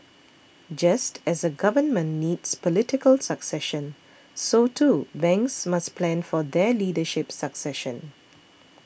just as a Government needs political succession so too banks must plan for their leadership succession